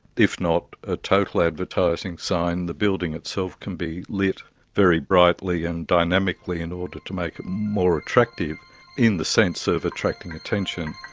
if not a total advertising sign, the building itself can be lit very brightly and dynamically in order to make it more attractive in the sense of attracting attention,